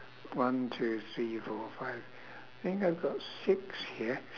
one two three four five I think I've got six here